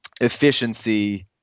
efficiency